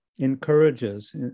encourages